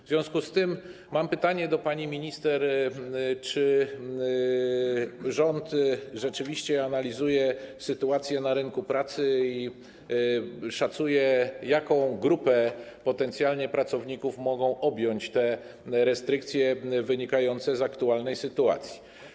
W związku z tym mam pytanie do pani minister, czy rząd rzeczywiście analizuje sytuację na rynku pracy i szacuje, jaką potencjalnie grupę pracowników mogą objąć te restrykcje wynikające z aktualnej sytuacji.